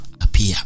appear